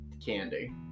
candy